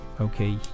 Okay